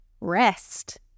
Rest